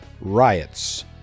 riots